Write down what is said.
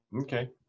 Okay